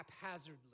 haphazardly